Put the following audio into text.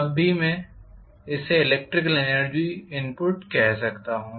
तब मैं इसे इलेक्ट्रिकल एनर्जी इनपुट कह सकता हूं